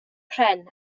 pren